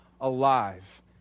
alive